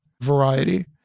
variety